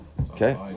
Okay